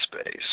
space